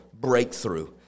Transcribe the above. breakthrough